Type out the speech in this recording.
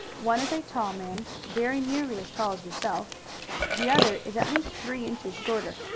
one is a tall man, very nearly as tall as yourself the other is at least three inches shorter.